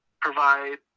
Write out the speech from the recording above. provide